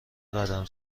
قدم